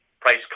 price